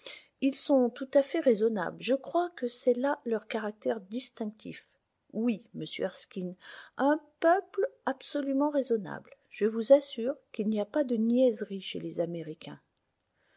ils sont tout à fait raisonnables je crois que c'est là leur caractère distinctif oui monsieur erskine un peuple absolument raisonnable je vous assure qu'il n'y a pas de niaiseries chez les américains